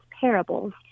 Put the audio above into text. parables